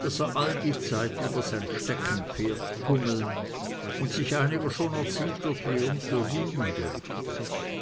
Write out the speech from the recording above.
daß er all die zeit über sein steckenpferd tummeln und sich einiger schon erzielter triumphe rühmen durfte